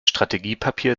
strategiepapier